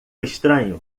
estranho